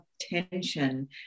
tension